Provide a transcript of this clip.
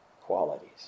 qualities